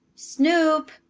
snoop!